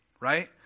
right